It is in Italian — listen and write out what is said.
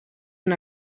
una